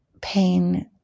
pain